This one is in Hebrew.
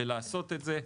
ולעשות את זה,